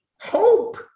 hope